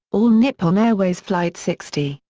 all nippon airways flight sixty,